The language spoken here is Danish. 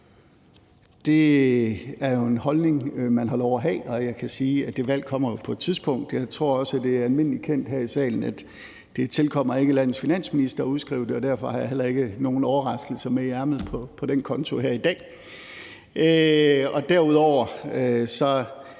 Det er jo en holdning, man har lov at have, og jeg kan sige, at det valg kommer på et tidspunkt. Jeg tror også, at det er almindeligt kendt her i salen, at det ikke tilkommer landets finansminister at udskrive det, og derfor har jeg heller ikke nogen overraskelser med i ærmet på det punkt her i dag. Derudover er